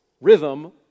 rhythm